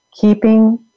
keeping